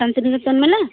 ᱥᱟᱱᱛᱤᱱᱤᱠᱮᱛᱚᱱ ᱢᱮᱞᱟ